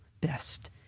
best